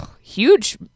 huge